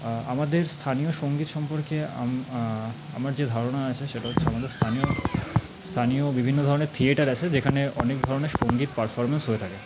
আমাদের স্থানীয় সঙ্গীত সম্পর্কে আমার যে ধারণা আছে সেটা হচ্ছে আমাদের স্থানীয় স্থানীয় বিভিন্ন ধরনের থিয়েটার আছে যেখানে অনেক ধরনের সঙ্গীত পারফর্মেন্স হয়ে থাকে